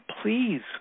please